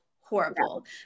horrible